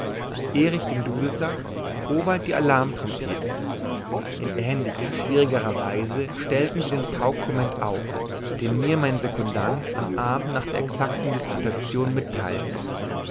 erich den dudelsack howald die alarmtrompete in ähnlicher schwierigerer weise stellten sie den paukkomment auf den mir mein sekundant am abend nach der exakten disputation mitteilte